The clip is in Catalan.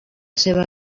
seva